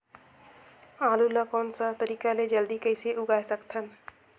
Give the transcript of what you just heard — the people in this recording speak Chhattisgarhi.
आलू ला कोन सा तरीका ले जल्दी कइसे उगाय सकथन?